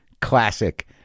classic